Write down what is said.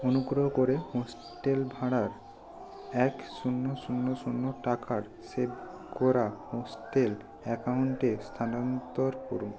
অনুগ্রহ করে হস্টেল ভাড়ার এক শূন্য শূন্য শূন্য টাকার সেভ করা হস্টেল অ্যাকাউন্টে স্থানান্তর করুন